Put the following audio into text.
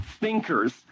thinkers